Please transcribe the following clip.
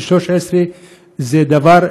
גיל 13,